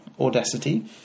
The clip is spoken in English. Audacity